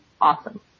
awesome